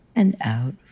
and out